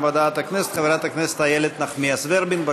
ועדת הכנסת חברת הכנסת איילת נחמיאס ורבין.